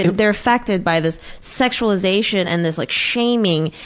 they are affected by this sexualization and this like shaming.